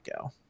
go